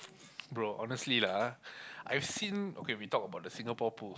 bro honestly lah I've seen okay we talk about the Singapore Pools